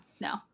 No